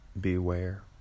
beware